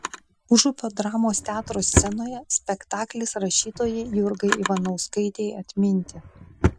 užupio dramos teatro scenoje spektaklis rašytojai jurgai ivanauskaitei atminti